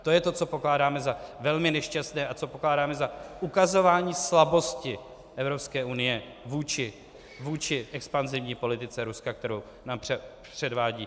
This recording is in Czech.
To je to, co pokládáme za velmi nešťastné a co pokládáme za ukazování slabosti Evropské unie vůči expanzivní politice Ruska, kterou nám předvádí.